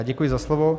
Děkuji za slovo.